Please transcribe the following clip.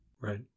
Right